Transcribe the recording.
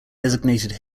designated